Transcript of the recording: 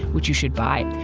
which you should buy.